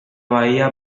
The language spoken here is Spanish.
bahía